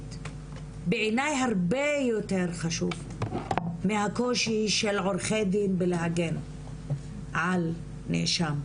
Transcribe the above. מינית בעיני הרבה יותר חשוב מהקול של עורכי דין בלהגן על נאשם,